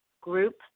group